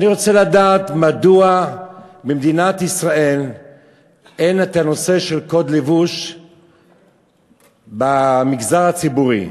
אני רוצה לדעת מדוע במדינת ישראל אין קוד לבוש במגזר הציבורי.